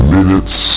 Minutes